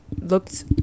looked